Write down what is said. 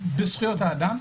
בזכויות האדם,